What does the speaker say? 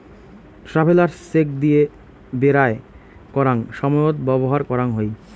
travellers cheque দিয়ে বেরায় করাঙ সময়ত ব্যবহার করাং হই